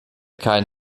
kein